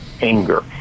anger